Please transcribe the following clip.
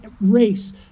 race